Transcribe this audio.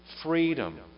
freedom